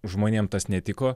žmonėm tas netiko